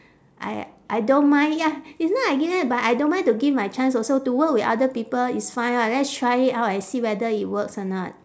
I I don't mind ya it's not I give them but I don't mind to give my chance also to work with other people it's fine [what] let's try it out and see whether it works or not